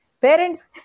Parents